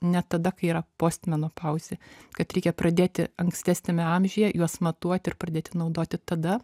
ne tada kai yra postmenopauzė kad reikia pradėti ankstesniame amžiuje juos matuoti ir pradėti naudoti tada